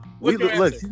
look